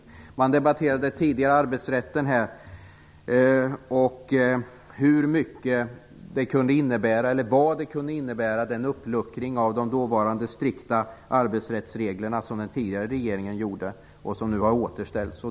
Tidigare debatterades arbetsrätten här och vad den uppluckring kunde innebära när det gäller de strikta arbetsrättsregler som den tidigare regeringen gjorde och som nu har återställts.